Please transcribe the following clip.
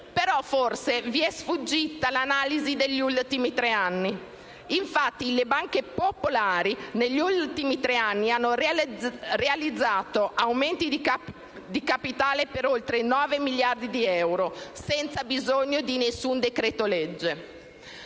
però, vi è sfuggita l'analisi degli ultimi tre anni. Infatti le banche popolari negli ultimi tre anni hanno realizzato aumenti di capitale per oltre nove miliardi di euro, senza bisogno di alcun decreto-legge.